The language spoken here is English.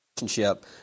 relationship